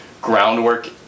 groundwork